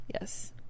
Yes